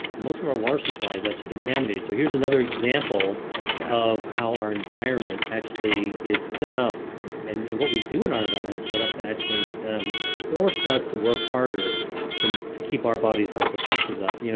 most of our water supply is actually contaminated. so here's another example of how our environment actually is set up and what we do in our environment is set up to actually force us to work harder to to keep our bodies' health defenses up. you know